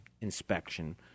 inspection